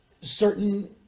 certain